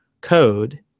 code